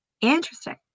Interesting